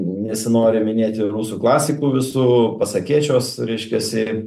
nesinori minėti rusų klasikų visų pasakėčios reiškiasi